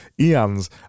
Ian's